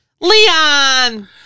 Leon